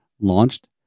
launched